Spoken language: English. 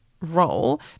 role